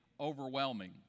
overwhelming